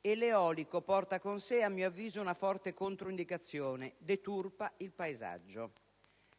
e l'eolico porta con sé, a mio avviso, una forte controindicazione: deturpa il paesaggio.